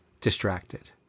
distracted